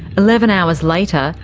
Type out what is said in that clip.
eleven hours later,